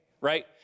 Right